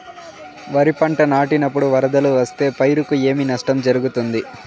వరిపంట నాటినపుడు వరదలు వస్తే పైరుకు ఏమి నష్టం జరుగుతుంది?